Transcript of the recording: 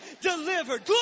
delivered